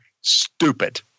stupid